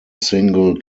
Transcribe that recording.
single